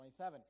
27